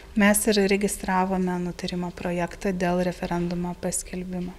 mes ir registravome nutarimo projektą dėl referendumo paskelbimo